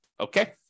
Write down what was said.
Okay